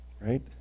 right